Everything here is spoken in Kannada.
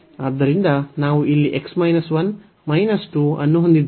ಆದ್ದರಿಂದ ನಾವು ಇಲ್ಲಿ x 1 2 ಅನ್ನು ಹೊಂದಿದ್ದೇವೆ